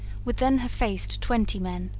would then have faced twenty men.